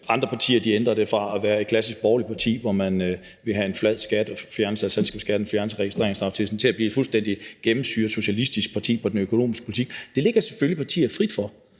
Andre partier ændrer sig fra at være et klassisk borgerligt parti, hvor man vil have en flad skat, fjernelse af selskabsskatten og fjernelse af registreringsafgiften, til at blive et fuldstændig gennemsyret socialistisk parti med hensyn til den økonomiske politik. Det står selvfølgelig partier frit for,